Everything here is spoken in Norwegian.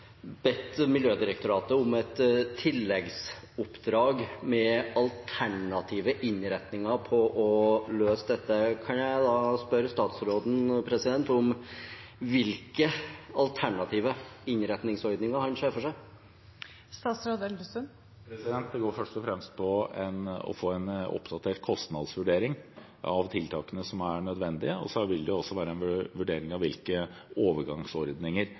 bedt Miljødirektoratet om et tilleggsoppdrag med alternative innretninger for å løse dette. Kan jeg da spørre statsråden om hvilke alternative innretningsordninger han ser for seg? Det går først og fremst på å få en oppdatert kostnadsvurdering av tiltakene som er nødvendige. Så vil det også være en vurdering av hvilke overgangsordninger